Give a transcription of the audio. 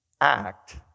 act